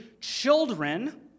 children